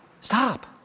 Stop